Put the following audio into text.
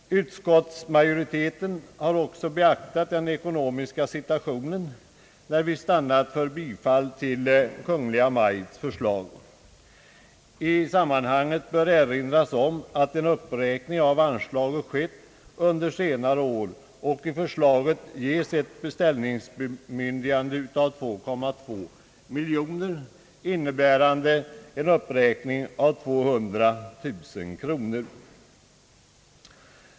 Utskottsmajoriteten har också beaktat den ekonomiska situationen, när vi stannat för bifall till Kungl. Maj:ts förslag. I sammanhanget bör det erinras om att en uppräkning av anslaget skett under senare år. I årets förslag ges ett beställningsbemyndigande på 2,2 miljoner, innebärande en uppräkning med 200 000 kronor.